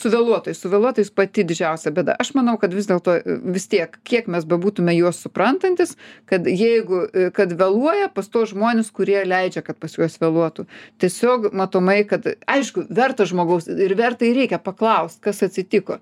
su vėluotojais su vėluotojais pati didžiausia bėda aš manau kad vis dėlto vis tiek kiek mes bebūtume juos suprantantys kad jeigu kad vėluoja pas tuos žmones kurie leidžia kad pas juos vėluotų tiesiog matomai kad aišku vertas žmogaus ir verta ir reikia paklaust kas atsitiko